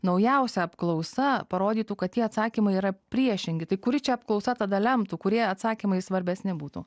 naujausia apklausa parodytų kad tie atsakymai yra priešingi tai kuri čia apklausa tada lemtų kurie atsakymai svarbesni būtų